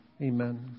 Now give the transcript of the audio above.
Amen